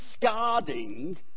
discarding